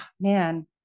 man